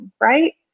right